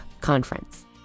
conference